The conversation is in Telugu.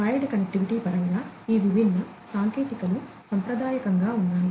వైర్డు కనెక్టివిటీ పరంగా ఈ విభిన్న సాంకేతికతలు సాంప్రదాయకంగా ఉన్నాయి